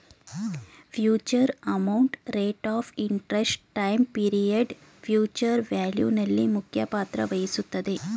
future amount, rate of interest, time period future value ನಲ್ಲಿ ಮುಖ್ಯ ಪಾತ್ರ ವಹಿಸುತ್ತದೆ